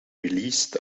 released